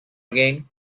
again